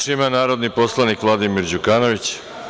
Reč ima narodni poslanik Vladimir Đukanović.